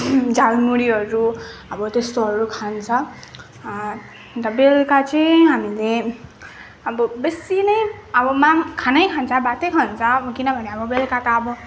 झालमुरीहरू अब त्यस्तोहरू खान्छ अन्त बेलुका चाहिँ हामीले अब बेसी नै अब माम् खानै खान्छ भातै खान्छ अब किनभने अब बेलुका त अब